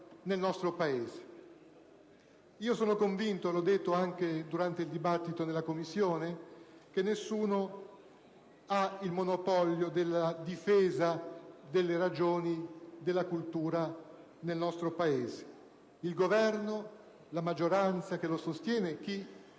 nel nostro Paese. Sono convinto - l'ho detto anche durante il dibattito in Commissione - che nessuno ha il monopolio della difesa delle ragioni della cultura nel nostro Paese. Il Governo, la maggioranza che lo sostiene, chi